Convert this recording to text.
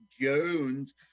Jones